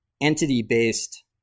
entity-based